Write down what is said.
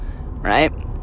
Right